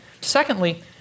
Secondly